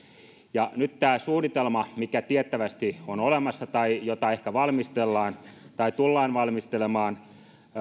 ja nyt tämä suunnitelma mikä tiettävästi on olemassa tai jota ehkä valmistellaan tai tullaan valmistelemaan